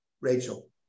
Rachel